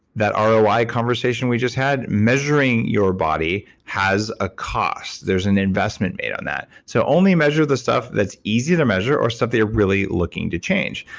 that ah roi conversation we just had measuring your body has a cost. there's an investment made on that. so, only measure the stuff that's easy to measure or stuff that you're really looking to change.